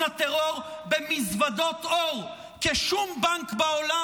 הטרור במזוודות עור כי שום בנק בעולם,